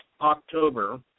October